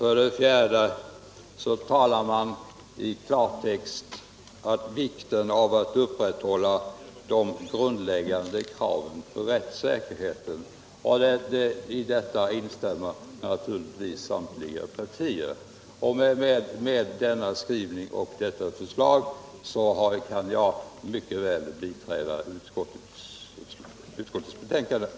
För det fjärde talas det i klartext om vikten av att upprätthålla de grundläggande kraven på rättssäkerhet. I detta instämmer naturligtvis samtliga partier. Med anledning av denna skrivning och detta förslag kan jag mycket väl biträda utskottets hemstillan. den det ej vill röstar nej.